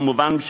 כמובן,